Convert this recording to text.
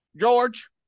George